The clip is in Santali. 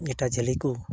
ᱜᱮᱴᱟ ᱡᱷᱟᱹᱞᱤᱠᱚ